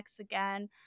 again